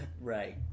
Right